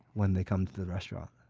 when they come to the restaurant?